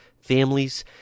families